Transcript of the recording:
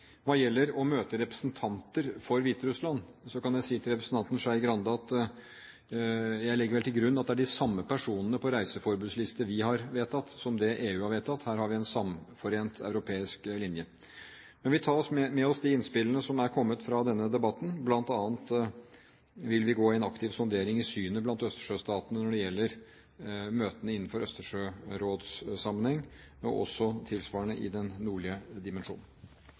Hva gjelder å møte representanter for Hviterussland, så kan jeg si til representanten Skei Grande at jeg legger vel til grunn at det er de samme personene på reiseforbudslisten vi har vedtatt, som det EU har vedtatt – her har vi en samforent europeisk linje. Vi tar med oss de innspillene som er kommet i denne debatten. Blant annet vil vi gå inn i en aktiv sondering i synet blant østersjøstatene når det gjelder møtene i Østersjørådet-sammenheng, men også tilsvarende i den nordlige